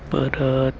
परत